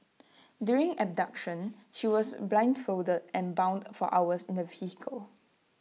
during the abduction she was blindfolded and bound for hours in A vehicle